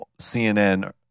CNN